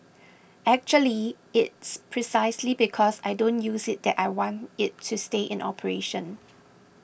actually it's precisely because I don't use it that I want it to stay in operation